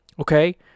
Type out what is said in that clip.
okay